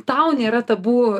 tau nėra tabu